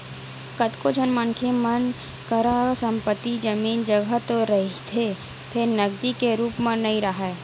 कतको झन मनखे मन करा संपत्ति, जमीन, जघा तो रहिथे फेर नगदी के रुप म नइ राहय